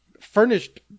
furnished